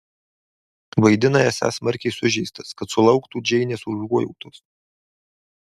vaidina esąs smarkiai sužeistas kad sulauktų džeinės užuojautos